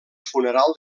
funeral